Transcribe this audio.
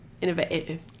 Innovative